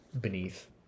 beneath